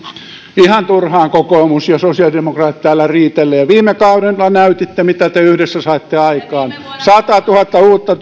ihan turhaan kokoomus ja sosiaalidemokraatit täällä riitelevät viime kaudella näytitte mitä te yhdessä saitte aikaan satatuhatta uutta